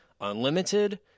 Unlimited –